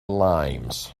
limes